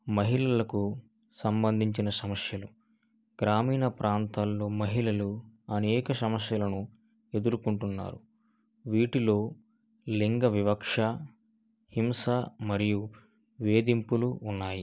మహిళలకు సంబంధించిన సమస్యలు గ్రామీణ ప్రాంతాల్లో మహిళలు అనేక సమస్యలను ఎదుర్కొంటున్నారు వీటిలో లింగ వివక్ష హింస మరియు వేధింపులు ఉన్నాయి